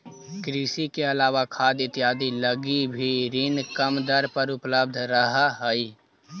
कृषि के अलावा खाद इत्यादि लगी भी ऋण कम दर पर उपलब्ध रहऽ हइ